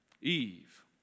Eve